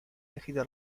elegido